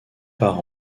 par